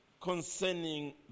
concerning